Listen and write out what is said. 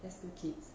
has two kids